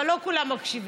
אבל לא כולם מקשיבים.